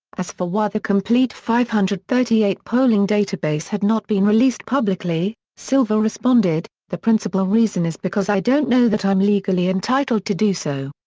as for why the complete five hundred and thirty eight polling database had not been released publicly, silver responded the principal reason is because i don't know that i'm legally entitled to do so.